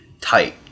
tight